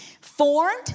Formed